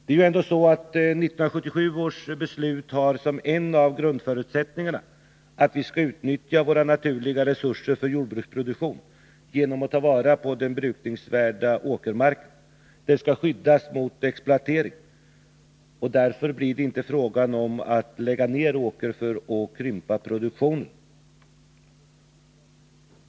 1977 års jordbrukspolitiska beslut hade som en av sina grundförutsättningar att vi skulle utnyttja våra naturliga resurser för jordbruksproduktion genom att ta vara på den brukningsvärda åkermarken. Den skall skyddas mot exploatering. Därför blir det inte fråga om att lägga ned åkermark för att krympa produktionen.